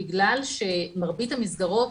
בגלל שמרבית המסגרות